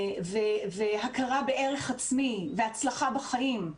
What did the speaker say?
ו"הכרה בערך עצמי" ו"הצלחה בחיים".